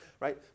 Right